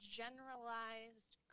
generalized